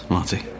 Marty